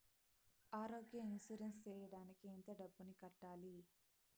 ఆరోగ్య ఇన్సూరెన్సు సేయడానికి ఎంత డబ్బుని కట్టాలి?